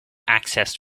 accessed